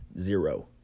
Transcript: zero